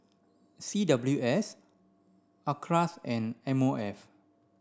C W S Acres and M O F